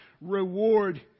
reward